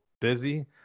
busy